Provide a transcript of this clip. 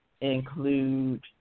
include